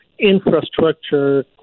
infrastructure